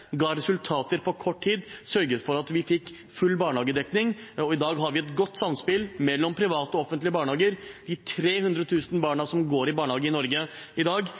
ga resultater på kort tid og sørget for at vi fikk full barnehagedekning. I dag har vi et godt samspill mellom private og offentlige barnehager. De 300 000 barna som går i barnehage i Norge i dag,